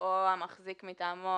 אם זה לא קיים בחוקים אחרים,